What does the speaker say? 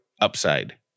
Upside